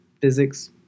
physics